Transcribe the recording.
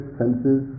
senses